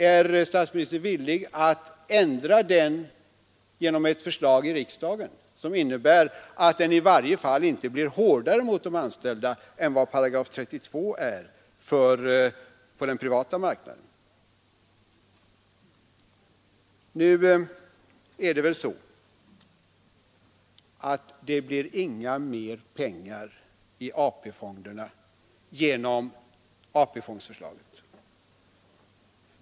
Är statsministern villig att ändra den genom ett förslag i riksdagen som innebär att den i varje fall inte blir hårdare mot de anställda än vad 32 § är för den privata marknaden. Det blir inga mer pengar i AP-fonderna genom AP-fondförslaget.